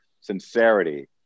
sincerity